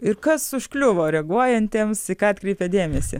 ir kas užkliuvo reaguojantiems į ką atkreipė dėmesį